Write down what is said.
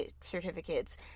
certificates